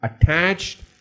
attached